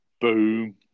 Boom